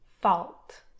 fault